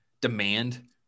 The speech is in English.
demand